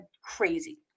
crazy